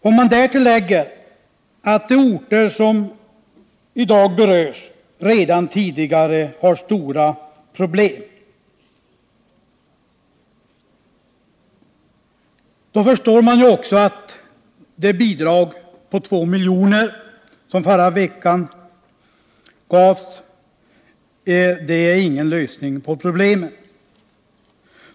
Om man därtill lägger att de orter som i dag berörs redan tidigare har stora problem inser man att det bidrag på 2 milj.kr. som förra veckan gavs inte löser problemet.